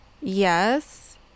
yes